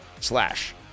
slash